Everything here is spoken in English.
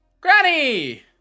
Granny